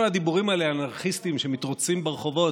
כל הדיבורים האלה על אנרכיסטים שמתרוצצים ברחובות,